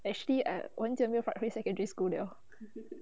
actually I 我很久没有回 secondary school 了